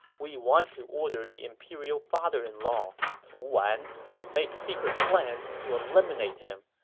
we want to order the imperial father-in-law fu wan to make secret plans to eliminate him,